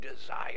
desire